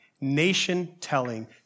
nation-telling